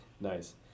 Nice